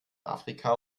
afrika